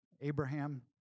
Abraham